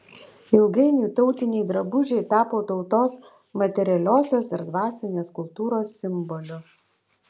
ilgainiui tautiniai drabužiai tapo tautos materialiosios ir dvasinės kultūros simboliu